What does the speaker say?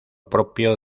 propio